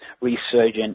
resurgent